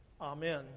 Amen